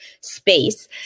space